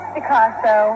Picasso